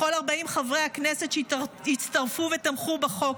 לכל 40 חברי הכנסת שהצטרפו ותמכו בחוק,